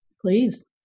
Please